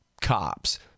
cops